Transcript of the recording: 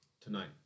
tonight